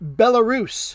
belarus